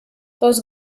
those